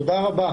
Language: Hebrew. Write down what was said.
תודה רבה.